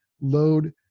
load